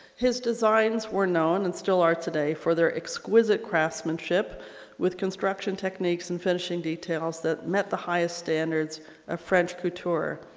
his designs were known and still are today for their exquisite craftsmanship with construction techniques and finishing details that met the highest standards of french couture.